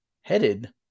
headed